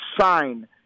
sign